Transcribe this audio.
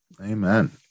Amen